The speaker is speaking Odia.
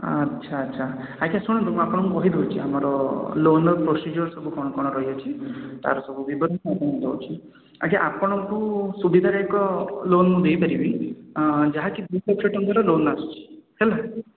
ଆଚ୍ଛା ଆଚ୍ଛା ଆଜ୍ଞା ଶୁଣନ୍ତୁ ମୁଁ ଆପଣଙ୍କୁ କହିଦେଉଛି ଆମର ଲୋନ୍ର ପ୍ରୋସିଜର୍ ସବୁ କ'ଣ କ'ଣ ରହିଅଛି ତାର ସବୁ ବିବରଣୀ ମୁଁ ଆପଣଙ୍କୁ ଦେଉଛି ଆଜ୍ଞା ଆପଣଙ୍କୁ ସୁବିଧାରେ ଏକ ଲୋନ୍ ଦେଇପାରିବି ଯାହା କି ଦୁଇ ଲକ୍ଷ ଟଙ୍କାର ଲୋନ୍ ଆସୁଛି ହେଲା